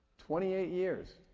twenty eight years.